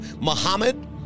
Muhammad